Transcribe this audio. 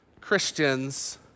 Christians